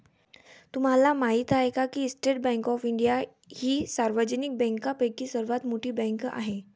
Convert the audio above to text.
तुम्हाला माहिती आहे का की स्टेट बँक ऑफ इंडिया ही सार्वजनिक बँकांपैकी सर्वात मोठी बँक आहे